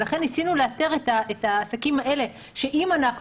ולכן ניסינו לאתר את העסקים האלה שאם אנחנו